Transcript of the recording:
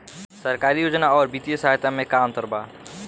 सरकारी योजना आउर वित्तीय सहायता के में का अंतर बा?